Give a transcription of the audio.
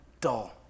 dull